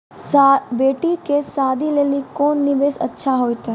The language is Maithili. बेटी के शादी लेली कोंन निवेश अच्छा होइतै?